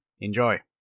enjoy